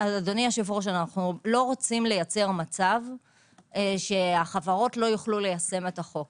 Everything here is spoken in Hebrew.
אנו לא רוצים לייצר מצב שהחברות לא יוכלו ליישם את החוק.